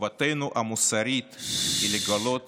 חובתנו המוסרית היא לגלות